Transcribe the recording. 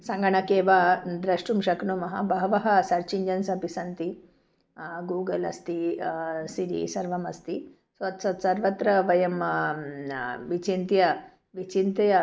सङ्गणके वा द्रष्टुं शक्नुमः बहवः सर्च् इञ्जन्स् अपि सन्ति गूगल् अस्ति सिरि सर्वम् अस्ति सर्वत्र वयं विचिन्त्य विचिन्त्य